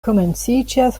komenciĝas